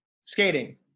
skating